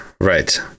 right